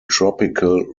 tropical